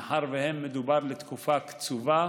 מאחר שמדובר בתקופה קצובה